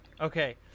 Okay